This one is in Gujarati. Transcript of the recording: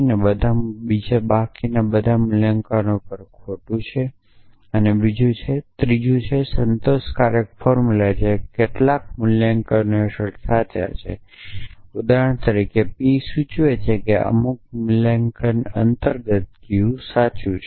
તેથી ઉદાહરણ તરીકે પી સૂચવે છે કે અમુક મૂલ્યાંકન અંતર્ગત ક્યૂ સાચું છે પછી એવા અસંતોષકારક ફોર્મુલા છે કે જે કોઈપણ મૂલ્યાંકન માટે સાચું છે જે બધા મૂલ્યાંકન માટે ખોટા છે